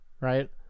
right